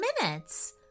minutes